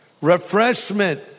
refreshment